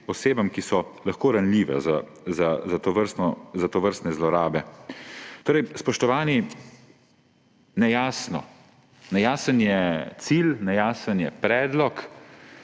osebam, ki so lahko ranljive za tovrstne zlorabe. Spoštovani, nejasen je cilj, nejasen je predlog,